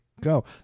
go